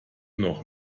noch